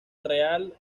real